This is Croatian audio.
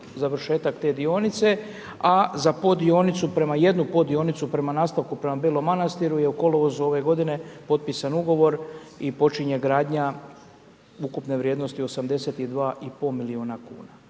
završetak te dionice, a za pod dionicu, prema jednu pod dionicu, prema nastavku, prema Belom Manastiru, je u kolovozu ove g. potpisan ugovor i počinje gradnja ukupne vrijednosti 82,5 milijuna kn.